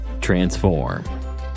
Transform